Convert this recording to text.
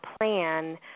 plan